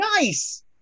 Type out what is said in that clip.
Nice